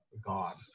God